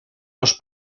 los